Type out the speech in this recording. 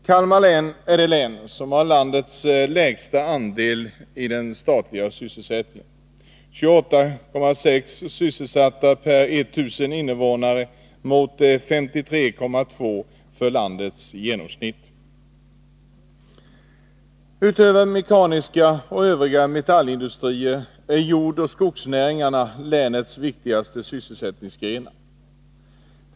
Kalmar län är det län som har landets lägsta andel i den statliga sysselsättningen: 28,6 sysselsatta per 1000 invånare mot 53,2 för landets genomsnitt. Utöver mekaniska och övriga metallindustrier är jordoch skogsnäringarna länets viktigaste sysselsättningsgrenar.